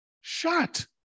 Shut